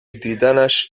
دیدنش